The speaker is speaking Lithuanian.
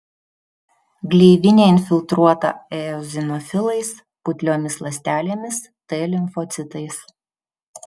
gleivinė infiltruota eozinofilais putliomis ląstelėmis t limfocitais